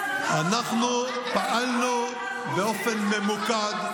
שהם חברה סלחנית, אנחנו פעלנו באופן ממוקד,